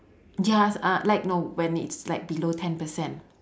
ya uh like no when it's like below ten percent